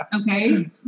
Okay